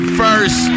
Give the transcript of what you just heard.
first